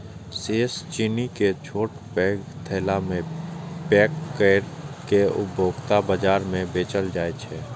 शेष चीनी कें छोट पैघ थैला मे पैक कैर के उपभोक्ता बाजार मे बेचल जाइ छै